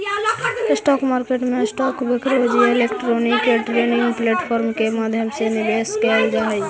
stock market में stock brokerage या electronic trading platform के माध्यम से निवेश कैल जा हइ